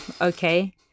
Okay